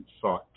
sought